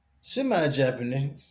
semi-Japanese